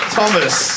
Thomas